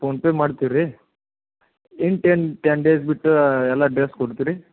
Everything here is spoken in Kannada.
ಪೋನ್ಪೇ ಮಾಡ್ತೀವಿ ರೀ ಇನ್ನ ಟೆನ್ ಡೇಸ್ ಬಿಟ್ಟು ಎಲ್ಲ ಡ್ರೆಸ್ ಕೊಡ್ತೀರಿ